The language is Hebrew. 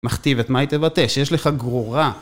מכתיב את מה היא תבטא, שיש לך גרורה.